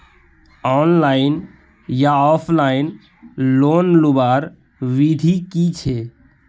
Online या offline loan लुबार विधि की छे?